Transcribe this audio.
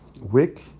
wick